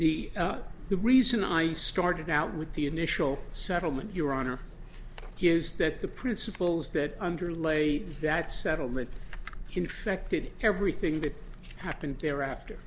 the reason i started out with the initial settlement your honor is that the principals that underlay that settlement infected everything that happened thereafter